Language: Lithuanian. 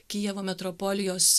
kijevo metropolijos